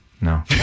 No